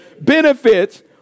benefits